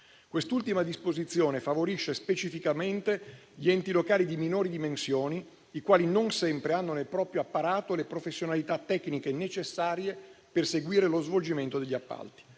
Quest'ultima disposizione favorisce specificamente gli enti locali di minori dimensioni, i quali non sempre hanno nel proprio apparato le professionalità tecniche necessarie per seguire lo svolgimento degli appalti.